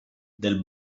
del